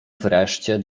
wreszcie